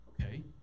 Okay